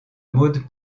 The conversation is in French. maud